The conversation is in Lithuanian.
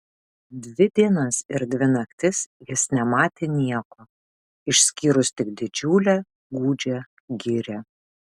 dvi dienas ir dvi naktis jis nematė nieko išskyrus tik didžiulę gūdžią girią